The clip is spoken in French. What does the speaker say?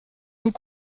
nous